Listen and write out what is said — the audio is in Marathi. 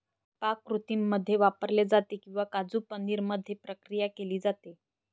पाककृतींमध्ये वापरले जाते किंवा काजू पनीर मध्ये प्रक्रिया केली जाते